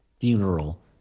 funeral